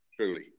truly